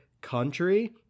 Country